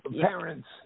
Parents